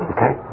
Okay